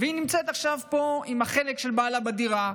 והיא נמצאת עכשיו פה עם החלק של בעלה בדירה,